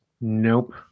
Nope